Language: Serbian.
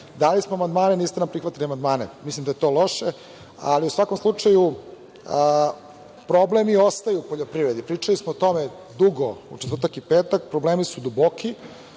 smo amandmane, niste prihvatili amandmane. Mislim da je to loše. U svakom slučaju, problemi ostaju u poljoprivredi. Pričali smo o tome dugo u četvrtak i petak. Problemi su duboki,